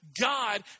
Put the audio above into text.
God